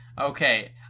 okay